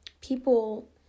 people